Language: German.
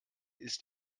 ist